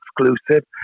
exclusive